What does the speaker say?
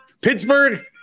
Pittsburgh